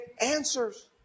answers